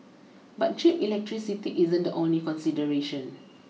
but cheap electricity isn't the only consideration